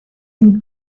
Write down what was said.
une